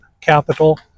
capital